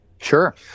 Sure